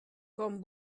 com